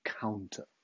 counter